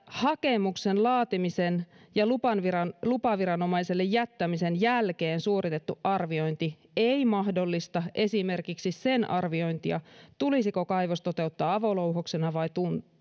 hakemuksen laatimisen ja lupaviranomaiselle lupaviranomaiselle jättämisen jälkeen suoritettu arviointi ei mahdollista esimerkiksi sen arviointia tulisiko kaivos toteuttaa avolouhoksena vai